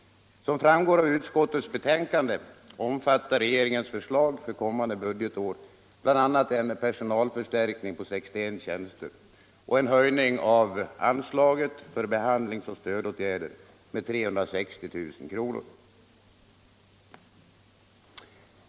Som framgår av utskottets betänkande omfattar regeringens förslag för kommande budgetår bl.a. en personalförstärkning på 61 tjänster och en höjning av anslaget för behandlingsoch stödåtgärder med 360 000 kr.